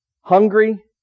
hungry